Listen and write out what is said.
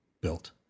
built